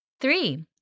Three